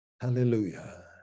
Hallelujah